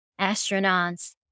astronauts